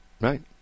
right